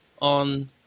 on